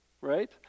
right